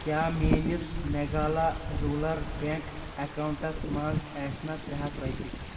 کیٛاہ میٲنِس میگالا روٗرل بیٚنٛک اکاونٹَس منٛز آسہِ نا ترٛےٚ ہتھ رۄپیہِ؟